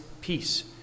peace